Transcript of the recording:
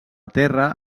terra